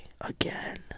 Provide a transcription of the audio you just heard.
again